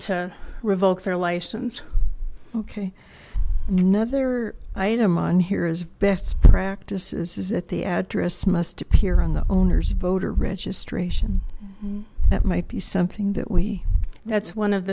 to revoke their license okay another item on here is best practices is that the address must appear on the owners voter registration that might be something that we that's one of